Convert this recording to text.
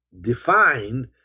defined